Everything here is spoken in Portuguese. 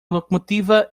locomotiva